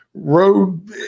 Road